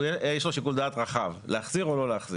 יש לו שיקול דעת רחב האם להחזיר או לא להחזיר.